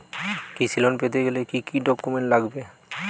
কৃষি লোন পেতে গেলে কি কি ডকুমেন্ট লাগবে?